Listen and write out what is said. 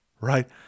right